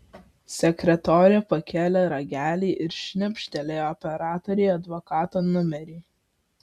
sekretorė pakėlė ragelį ir šnibžtelėjo operatorei advokato numerį